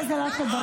עם כל הכבוד.